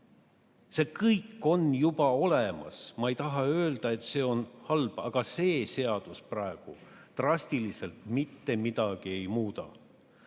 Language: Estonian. See kõik on juba olemas. Ma ei taha öelda, et see on halb, aga see seadus praegu drastiliselt mitte midagi ei muuda.